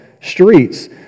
streets